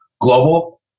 global